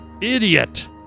Idiot